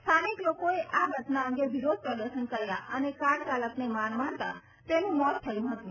સ્થાનિક લોકોએ આ ઘટના અંગે વિરોધ પ્રદર્શન કર્યા અને કાર ચાલકને માર મારતાં તેનું મોત થયું હતું